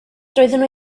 doeddwn